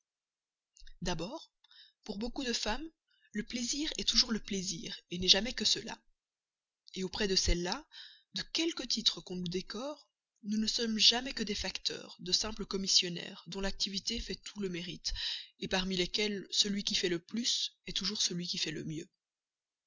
d'abord pour beaucoup de femmes le plaisir est toujours le plaisir n'est jamais que cela auprès de celles-là de quelque titre qu'on nous décore nous ne sommes jamais que des facteurs de simples commissionnaires dont l'activité fait tout le mérite parmi lesquels celui qui fait le plus est toujours celui qui fait le mieux